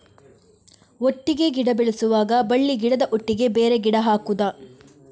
ಒಟ್ಟಿಗೆ ಗಿಡ ಬೆಳೆಸುವಾಗ ಬಳ್ಳಿ ಗಿಡದ ಒಟ್ಟಿಗೆ ಬೇರೆ ಗಿಡ ಹಾಕುದ?